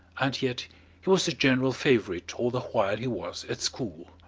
and yet he was a general favorite all the while he was at school.